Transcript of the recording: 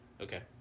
Okay